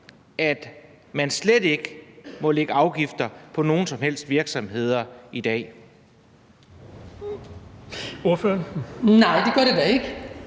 at man slet ikke må lægge afgifter på nogen som helst virksomheder i dag?